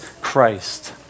Christ